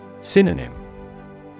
Synonym